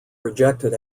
rejected